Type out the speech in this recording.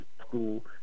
School